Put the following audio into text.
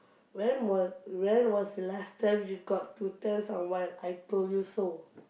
when was when was the last time you got to tell someone I told you so